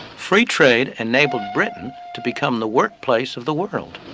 free trade enabled britain to become the work place of the world.